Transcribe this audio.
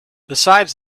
besides